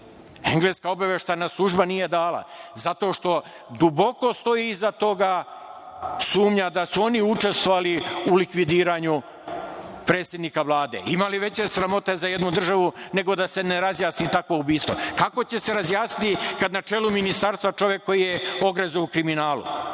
engleska obaveštajna služba nije dala, zato što duboko stoji iza toga sumnja da su oni učestvovali u likvidiranju predsednika Vlade. Ima li veće sramote za jednu državu nego da se ne razjasni takvo ubistvo? Kako će se razjasniti kad je na čelu ministarstva čovek koji je ogrezao u kriminalu?